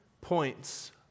points